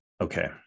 Okay